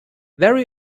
very